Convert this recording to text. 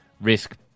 risk